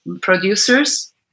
producers